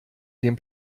den